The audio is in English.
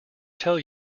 tell